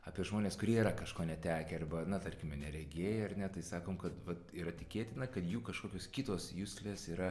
apie žmones kurie yra kažko netekę arba na tarkime neregiai ar ne tai sakom kad vat yra tikėtina kad jų kažkokios kitos juslės yra